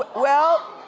but well,